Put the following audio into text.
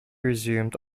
resumed